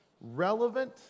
relevant